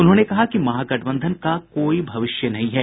उन्होंने कहा कि महागठबंधन का कोई भविष्य नहीं है